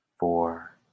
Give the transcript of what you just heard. Four